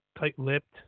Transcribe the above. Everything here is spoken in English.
tight-lipped